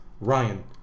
Ryan